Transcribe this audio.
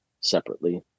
separately